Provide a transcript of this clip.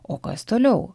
o kas toliau